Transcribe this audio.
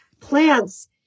plants